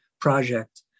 project